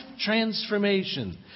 transformation